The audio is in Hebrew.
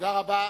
תודה רבה.